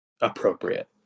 appropriate